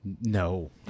No